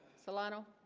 solano